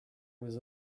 was